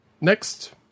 Next